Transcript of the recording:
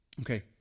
Okay